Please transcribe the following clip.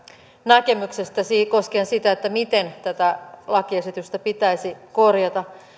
näkemyksestä koskien sitä miten tätä lakiesitystä pitäisi korjata